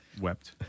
wept